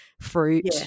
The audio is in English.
fruit